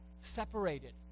separated